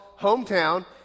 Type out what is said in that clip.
hometown